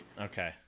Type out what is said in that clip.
Okay